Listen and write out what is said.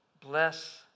bless